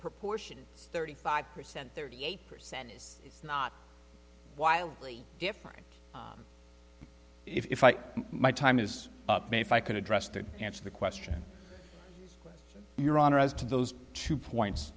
proportions thirty five percent thirty eight percent is not wildly different if i my time is up me if i can address that answer the question your honor as to those two points